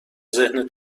ذهن